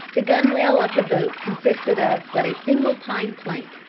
the gunwale of the boat consisted of but a single pine plank.